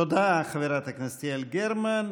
תודה, חברת הכנסת יעל גרמן.